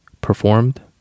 performed